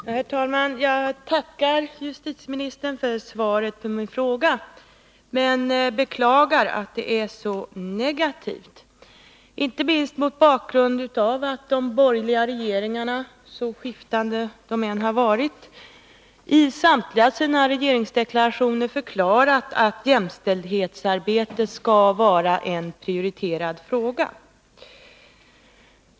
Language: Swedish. Herr talman! Jag tackar justitieministern för svaret på min fråga. Men jag beklagar att det är så negativt, inte minst mot bakgrunden av att de borgerliga regeringarna — så skiftande de än varit — i samtliga sina regeringsdeklarationer förklarat att jämställdhetsarbetet skall vara en prioriterad fråga.